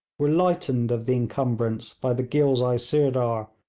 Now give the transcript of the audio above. were lightened of the encumbrance by the ghilzai sirdar,